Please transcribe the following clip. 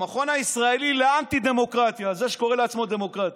הישראלי לאנטי-דמוקרטיה, זה שקורה לעצמו דמוקרטי,